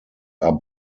are